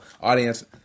audience